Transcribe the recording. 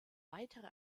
weitere